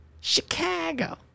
Chicago